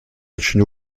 очень